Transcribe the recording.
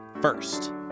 first